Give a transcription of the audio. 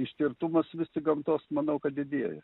ištirtumas vis tik gamtos manau kad didėja